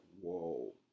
whoa